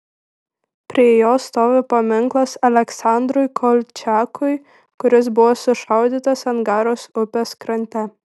prie jo stovi paminklas aleksandrui kolčiakui kuris buvo sušaudytas angaros upės krante